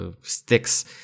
sticks